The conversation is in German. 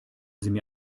sie